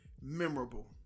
memorable